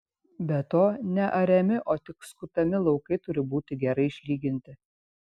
be to neariami o tik skutami laukai turi būti gerai išlyginti